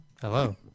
Hello